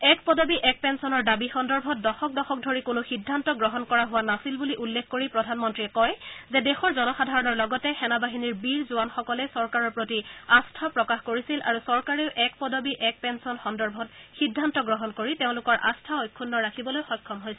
এক পদবী এক পেঞ্চনৰ দাবী সন্দৰ্ভত দশক দশক ধৰি কোনো সিদ্ধান্ত গ্ৰহণ কৰা হোৱা নাছিল বুলি প্ৰধানমন্ত্ৰীয়ে কয় যে দেশৰ জনসাধাৰণৰ লগতে সেনা বাহিনীৰ বীৰ জোৱানসকলে চৰকাৰৰ প্ৰতি আস্থা প্ৰকাশ কৰিছিল আৰু চৰকাৰেও এক পদবী এক পেঞ্চন সন্দৰ্ভত সিদ্ধান্ত গ্ৰহণ কৰি তেওঁলোকৰ আস্থা অক্ষুণ্ণ ৰাখিবলৈ সক্ষম হৈছে